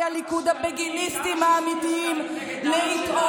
ואני קוראת לחברי הליכוד הבגיניסטים האמיתיים להתעורר